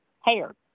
hair